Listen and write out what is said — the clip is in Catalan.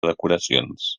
decoracions